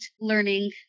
learning